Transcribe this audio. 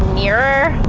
mirror,